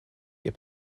ihr